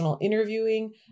interviewing